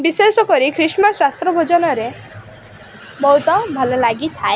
ବିଶେଷକରି ଖ୍ରୀଷ୍ଟମାସ ରାତ୍ର ଭୋଜନରେ ବହୁତ ଭଲ ଲାଗିଥାଏ